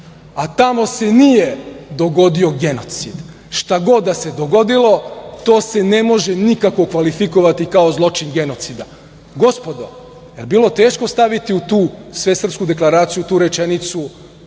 a tamo se nije dogodio genocid. Šta god da se dogodilo, to se ne može nikako kvalifikovati kao zločin genocida. Gospodo, da li je bilo teško staviti u tu Svesrpsku deklaraciju tu rečenicu